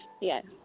Yes